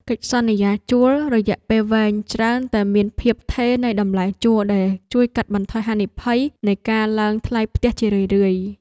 កិច្ចសន្យាជួលរយៈពេលវែងច្រើនតែមានភាពថេរនៃតម្លៃជួលដែលជួយកាត់បន្ថយហានិភ័យនៃការឡើងថ្លៃផ្ទះជារឿយៗ។